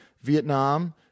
Vietnam